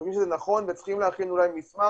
אנחנו חושבים שזה נכון וצריכים אולי להכין מסמך,